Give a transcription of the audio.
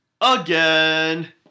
again